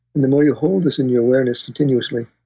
the more you hold this in your awareness, continuously,